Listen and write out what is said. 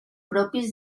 propis